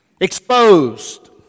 Exposed